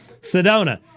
Sedona